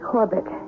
Corbett